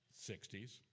60s